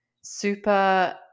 super